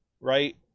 right